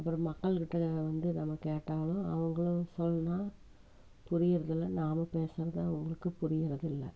அப்புறம் மக்கள்கிட்ட வந்து நம்ம கேட்டாலும் அவங்களும் சொன்னால் புரியறதில்ல நாம் பேசுறதும் அவங்களுக்கு புரியறதில்ல